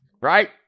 Right